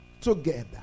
together